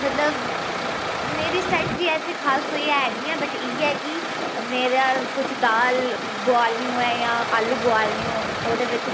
मतलब मेरी स्ट्रैटेजी ऐसी खास कोई है नी ऐ बट इ'यै के मेरा कुछ दाल बोआलनी होऐ जां आलू बुआलने होन उदे बिच